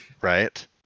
right